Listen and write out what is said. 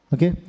Okay